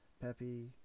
Pepe